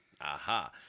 Aha